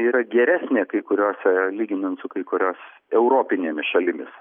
yra geresnė kai kuriose lyginant su kai kurias europinėmis šalimis